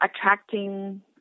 attracting